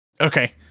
Okay